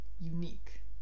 unique